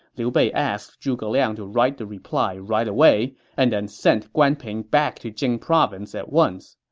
liu bei asked zhuge liang to write the reply right away and then sent guan ping back to jing province at once.